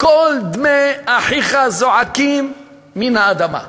קול דמי אחיך זועקים מן האדמה.